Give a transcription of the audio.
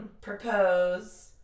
propose